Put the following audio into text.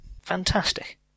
Fantastic